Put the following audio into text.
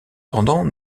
pendant